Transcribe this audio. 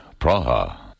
Praha